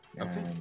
Okay